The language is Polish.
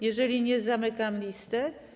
Jeżeli nie, zamykam listę.